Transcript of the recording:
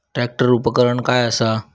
Tractor उपकरण काय असा?